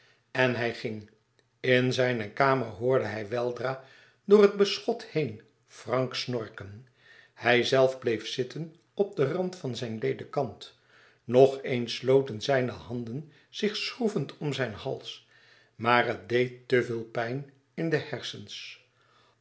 en hij ging in zijne kamer hoorde hij weldra door het beschot heen frank snorken hijzelf bleef zitten op den rand van zijn ledekant nog eens sloten zijne handen zich schroevend om zijn hals maar het deed te veel pijn in de hersens